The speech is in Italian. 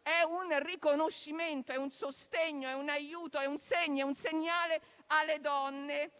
di un riconoscimento, un sostegno, un aiuto e un segnale alle donne,